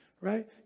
right